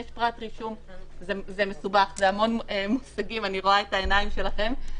זה מסובך, אני רואה את העיניים שלכם.